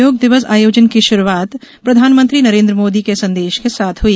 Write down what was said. योग दिवस आयोजन की शुरूआत प्रधानमंत्री नरेन्द्र मोदी के संदेश के साथ हुई